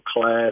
class